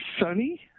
sunny